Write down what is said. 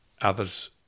Others